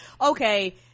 okay